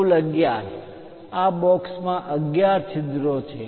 કુલ 11 આ બોક્સ મા 11 છિદ્રો છે